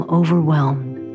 overwhelmed